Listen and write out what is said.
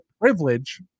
privilege